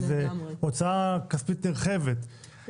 זו הוצאה כספית נרחבת,